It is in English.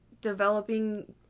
developing